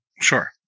Sure